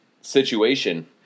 situation